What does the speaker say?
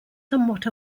somewhat